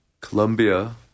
Colombia